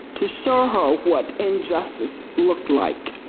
to show her what injustice looked like.